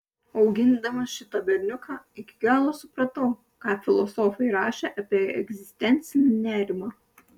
augindamas šitą berniuką iki galo supratau ką filosofai rašė apie egzistencinį nerimą